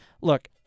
look